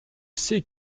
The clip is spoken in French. sait